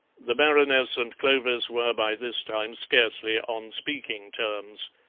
the baroness and clovis were by this time scarcely on speaking terms.